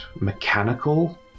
mechanical